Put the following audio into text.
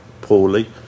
poorly